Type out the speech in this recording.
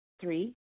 Three